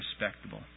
respectable